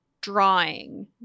drawing